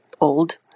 old